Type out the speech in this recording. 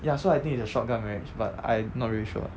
ya so I think it's shotgun marriage but I not really sure